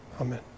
Amen